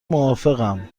موافقم